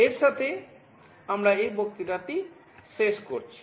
এর সাথে আমরা এই বক্তৃতাটি শেষ করছি